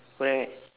correct right